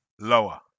Lower